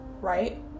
right